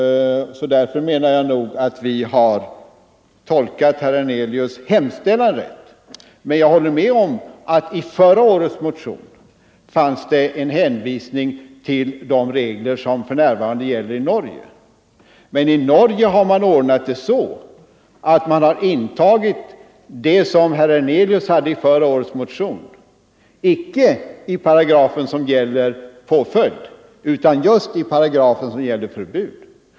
Därför menar jag nog att vi har tolkat herr Hernelius” hemställan rätt. Men jag håller med om att det i förra årets motion fanns en hänvisning till de regler som för närvarande gäller i Norge. I Norge har man dock intagit den ändring som herr Hernelius begärde i förra årets motion i den paragraf som gäller förbudet och inte i den paragraf som gäller påföljder.